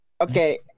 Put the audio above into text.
okay